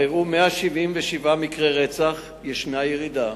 שבה אירעו 177 מקרי רצח, ישנה ירידה,